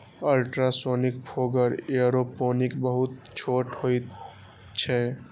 ultrasonic fogger aeroponic बहुत छोट होइत छैक